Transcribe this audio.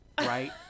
Right